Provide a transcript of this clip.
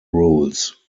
rules